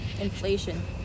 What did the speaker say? inflation